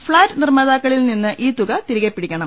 flat നിർമ്മാതാക്കളിൽ നിന്ന് ഈ തുക തിരികെ പിടിക്കണം